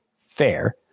fair